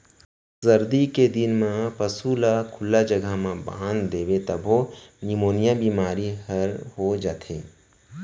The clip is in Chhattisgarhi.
सरदी के दिन म पसू ल खुल्ला जघा म बांध देबे तभो निमोनिया बेमारी हर हो जाथे